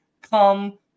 come